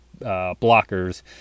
blockers